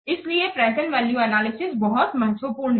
इसलिए present value analysis बहुत महत्वपूर्ण है